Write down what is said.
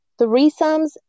threesomes